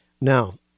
now